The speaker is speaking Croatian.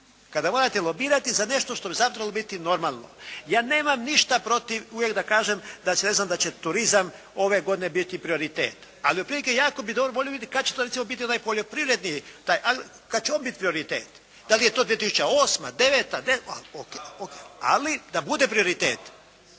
Kada morate lobirati za nešto što bi zapravo trebalo biti normalno. Ja nemam ništa protiv uvijek da kažem da će ne znam, da će turizam ove godine biti prioritet. Ali otprilike jako bi volio vidjeti kad će to recimo biti onaj poljoprivredni, taj kad će on biti prioritet? Da li je to 2008., 2009., 2010., ali da bude prioritet.